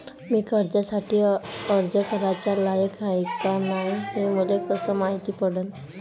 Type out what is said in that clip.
मी कर्जासाठी अर्ज कराचा लायक हाय का नाय हे मले कसं मायती पडन?